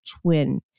twin